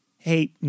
Hey